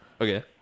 Okay